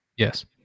yes